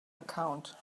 account